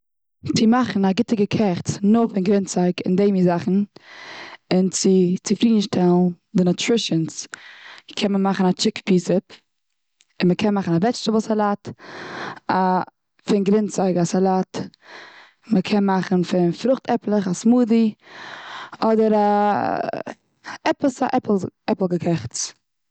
צו מאכן א גוטע געקעכץ נאר פון גרינצייג און די מין זאכן, און צו צופרידן שטעלן די נאטרישאנס קען מען מאכן א טשיקן פיס זיפ. און מ'קען מאכן א וועדזשטעבל סאלאט, א פון גרינצייג א סאלאט. מ'קען מאכן פון פרוכט עפלעך א סמודי אדער א עפעס א עפל עפל געקעכץ.